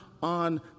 on